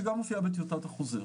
שגם מופיעה בטיוטת החוזר.